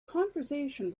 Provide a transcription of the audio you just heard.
conversation